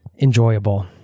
enjoyable